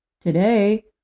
Today